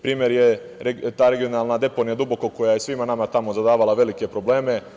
Primer je ta regionalna deponija Duboko koja je svima nama tamo zadavala velike probleme.